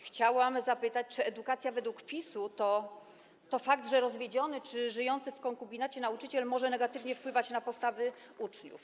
Chciałabym zapytać, czy edukacja według PiS-u to to, że rozwiedziony czy żyjący w konkubinacie nauczyciel może negatywnie wpływać na postawy uczniów.